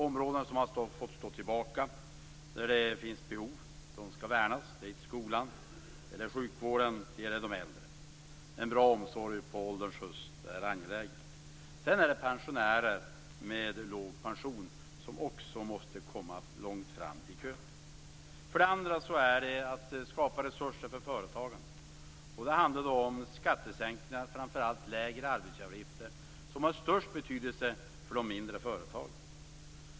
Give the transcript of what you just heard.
Områden som har fått stå tillbaka och där det finns behov skall värnas. Det gäller skolan, det gäller sjukvården och det gäller de äldre. En bra omsorg på ålderns höst är något angeläget. Också pensionärer med låg pension måste komma långt fram i kön. För det andra måste vi skapa resurser för företagande. Det handlar om skattesänkningar, framför allt lägre arbetsgivaravgifter, vilket har störst betydelse för de mindre företagen.